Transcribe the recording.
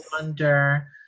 wonder